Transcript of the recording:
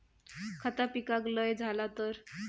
खता पिकाक लय झाला तर?